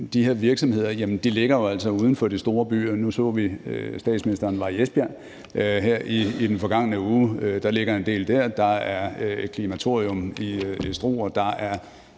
de her virksomheder ligger jo altså uden for de store byer. Nu så vi, at statsministeren var i Esbjerg her i den forgangne uge. Der ligger en del der. Der er Klimatorium i Struer.